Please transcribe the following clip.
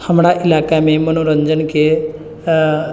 हमरा इलाकामे मनोरञ्जनके